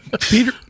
Peter